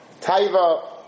taiva